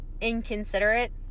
inconsiderate